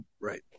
Right